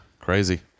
crazy